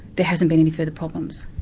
there hasn't been any further problems.